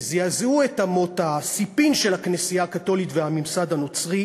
שזעזעו את אמות הספים של הכנסייה הקתולית והממסד הנוצרי.